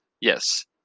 Yes